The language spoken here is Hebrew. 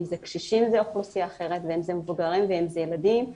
אם זה קשישים ואם זה מבוגרים ואם זה ילדים.